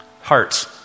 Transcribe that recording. Hearts